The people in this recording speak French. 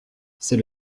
c’est